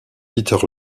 peter